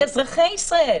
אזרחי ישראל,